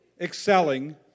excelling